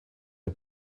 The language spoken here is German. der